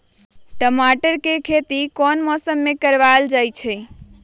टमाटर की खेती कौन मौसम में करवाई?